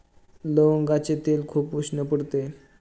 लवंगाचे तेल खूप उष्ण पडते